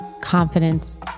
confidence